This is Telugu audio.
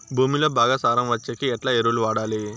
భూమిలో బాగా సారం వచ్చేకి ఎట్లా ఎరువులు వాడాలి?